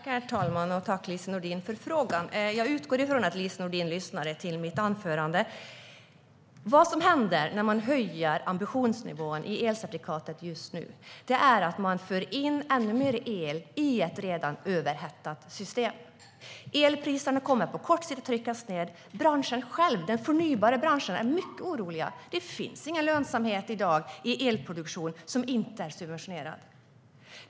Herr talman! Jag tackar Lise Nordin för frågorna. Jag utgår från att Lise Nordin lyssnade på mitt anförande. Det som händer när man höjer ambitionsnivån i elcertifikatssystemet just nu är att man för in ännu mer el i ett redan överhettat system. Elpriserna kommer på kort sikt att tryckas ned. Branschen för förnybart är mycket orolig. I dag finns det ingen lönsamhet i elproduktion som inte är subventionerad.